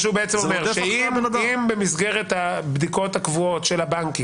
הוא אומר שאם במסגרת הבדיקות הקבועות של הבנקים.